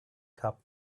have